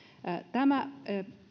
tämä